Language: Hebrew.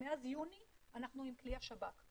מאז יוני אנחנו עם כלי השב"כ.